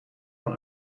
van